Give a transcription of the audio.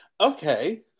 Okay